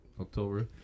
October